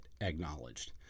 acknowledged